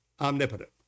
omnipotent